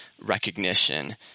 recognition